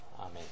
Amen